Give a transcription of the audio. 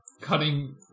cutting